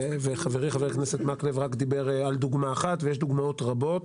חברי חבר הכנסת מקלב דיבר רק על דוגמה אחת ויש עוד דוגמאות רבות